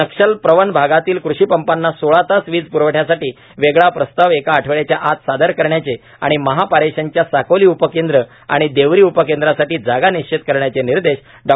नक्षल प्रवण भागातील कृषीपंपाना सोळा तास वीज प्रवठ्यासाठी वेगळा प्रस्ताव एका आठवड्याच्या आत सादर करण्याचे आणि महापारेषणच्या साकोली उपकेंद्र आणि देवरी उपकेंद्रासाठी जागा निश्चित करण्याचे निर्देश डॉ